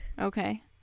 Okay